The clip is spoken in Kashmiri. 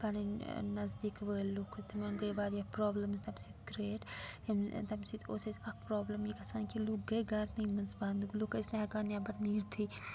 پَنٕنۍ نَزدیٖک وٲلۍ لُکھ تِمَن گٔے واریاہ پرٛابلِمٕز تَمہِ سۭتۍ کرٛییٹ تَمہِ سۭتۍ اوس اَسہِ اکھ پرٛابلِم یہِ گَژھان کہِ لُکھ گٔے گَرنٕے منٛز بَنٛد لُکھ ٲسۍ نہٕ ہٮ۪کان نٮ۪بَر نیٖرتھٕے